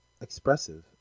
expressive